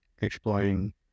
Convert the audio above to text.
exploring